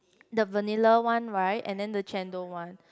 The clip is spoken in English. the vanilla one right and then the chendol one